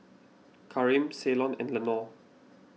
Kareem Ceylon and Lenore